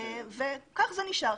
כך זה נשאר.